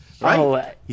right